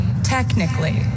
technically